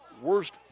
worst